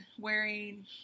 wearing